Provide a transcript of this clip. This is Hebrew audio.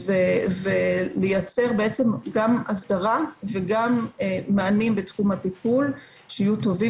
ולייצר גם הסדרה וגם מענים בתחום הטיפול שיהיו טובים